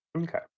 Okay